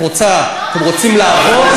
אתם רוצים לעבוד?